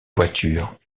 voiture